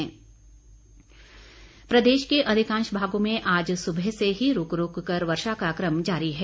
मौसम प्रदेश के अधिकांश भागों में आज सुबह से ही रूक रूक कर वर्षा का क्रम जारी है